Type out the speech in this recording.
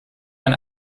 man